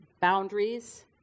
boundaries